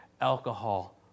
alcohol